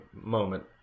moment